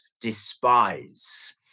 despise